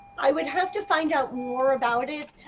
i would have to find out more about it.